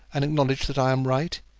and acknowledge that i am right,